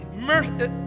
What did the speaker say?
mercy